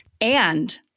And-